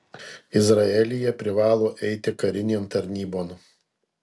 izraelyje privalo eiti karinėn tarnybon